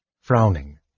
frowning